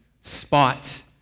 spot